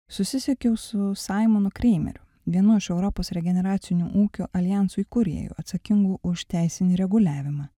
susisiekiau su saimonu kreimeriu vienu iš europos regeneracinių ūkių aljansų įkūrėju atsakingu už teisinį reguliavimą